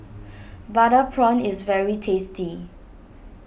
Butter Prawn is very tasty